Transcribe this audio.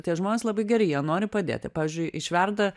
tie žmonės labai geri jie nori padėti pavyzdžiui išverda